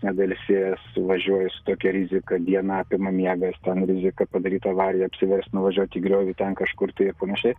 nepailsėjęs važiuoji su tokia rizika dieną apima miegas ten rizika padaryt avariją apsiverst nuvažiuot į griovį ten kažkur tai ir panašiai